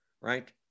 right